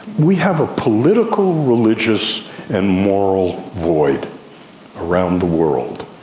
we have a political, religious and moral void around the world,